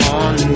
on